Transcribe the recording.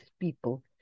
people